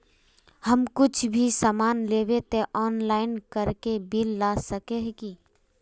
हम कुछ भी सामान लेबे ते ऑनलाइन करके बिल ला सके है की?